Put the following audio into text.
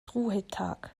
ruhetag